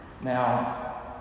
Now